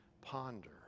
ponder